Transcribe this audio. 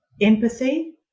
empathy